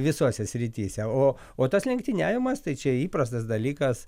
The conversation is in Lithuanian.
visose srityse o o tas lenktyniavimas tai čia įprastas dalykas